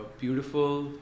beautiful